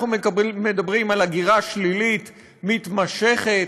אנחנו מדברים על הגירה שלילית מתמשכת,